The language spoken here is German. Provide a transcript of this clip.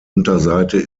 unterseite